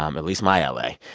um at least my ah la.